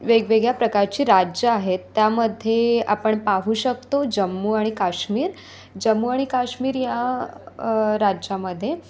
वेगवेगळ्या प्रकारची राज्यं आहेत त्यामध्ये आपण पाहू शकतो जम्मू आणि काश्मीर जम्मू आणि काश्मीर या राज्यामध्ये